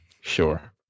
Sure